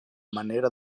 manera